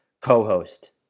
co-host